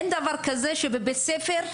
אין דבר כזה שבבית ספר,